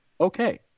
okay